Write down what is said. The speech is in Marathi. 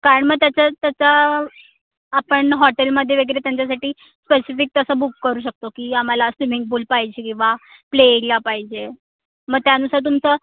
कारण मग त्याचं त्याचा आपण हॉटेलमध्ये वगैरे त्यांच्यासाठी स्पेसिफीक तसं बुक करू शकतो की आम्हाला स्विमिंग पूल पाहिजे किंवा प्ले एरिया पाहिजे मग त्यानुसार तुमचं